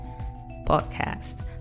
podcast